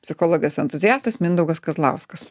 psichologijos entuziastas mindaugas kazlauskas